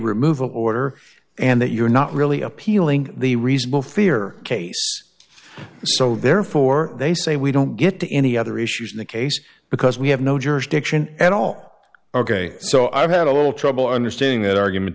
removal order and that you're not really appealing the reasonable fear case so therefore they say we don't get to any other issues in the case because we have no jurisdiction at all ok so i've had a little trouble